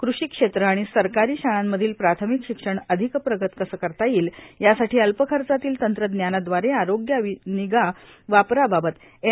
कृषी क्षेत्र आणि सरकारी शाळांमधील प्राथमिक शिक्षण अधिक प्रगत कसं करता येईल यासाठी अल्प खर्चातील तंत्रज्ञानाद्वारे आरोग्यनिगा वापराबाबत एन